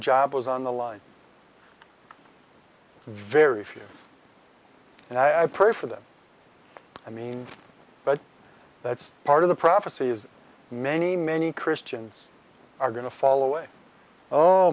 job was on the line very few and i pray for them i mean but that's part of the prophecy is many many christians are going to fall away oh